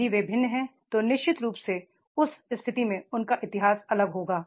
यदि वे भिन्न हैं तो निश्चित रूप से उस स्थिति में उनका इतिहास अलग होगा